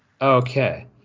Okay